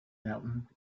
mountain